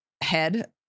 head